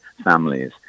families